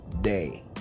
day